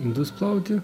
indus plauti